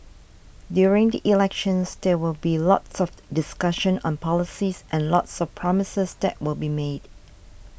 during the elections there will be lots of discussion on policies and lots of promises that will be made